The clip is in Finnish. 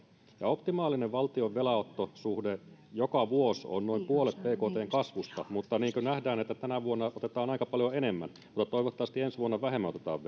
ja optimaalinen valtion velanottosuhde on noin puolet bktn kasvusta joka vuosi mutta niin kuin nähdään niin tänä vuonna otetaan aika paljon enemmän mutta toivottavasti ensi vuonna vähemmän otetaan